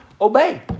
Obey